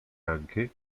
anche